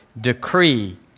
decree